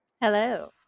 Hello